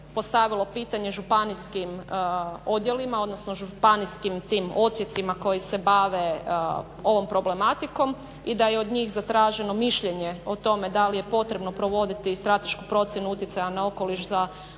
postavilo pitanje županijskim odjelima, odnosno županijskim tim odsjecima koji se bave ovom problematikom i da je od njih zatraženo mišljenje o tome da li je potrebno provoditi stratešku procjenu utjecaja na okoliš za ovaj